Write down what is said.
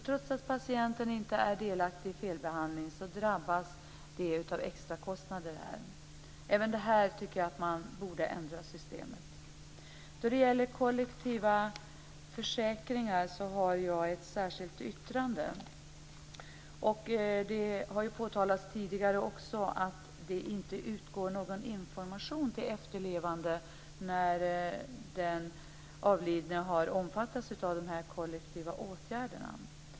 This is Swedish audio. Trots att patienten inte är delaktig i felbehandlingen drabbas man av extra kostnader. Jag tycker att man borde ändra systemet även på den här punkten. Jag har ett särskilt yttrande som gäller kollektiva försäkringar. Det har ju påtalats tidigare också att det inte utgår någon information till de efterlevande när den avlidne har omfattats av dessa kollektiva åtgärder.